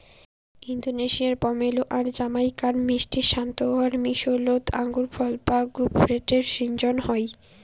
ইন্দোনেশিয়ার পমেলো আর জামাইকার মিষ্টি সোন্তোরার মিশোলোত আঙুরফল বা গ্রেপফ্রুটের শিজ্জন হই